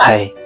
Hi